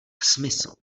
smysl